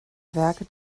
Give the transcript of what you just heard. werke